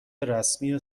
رسمی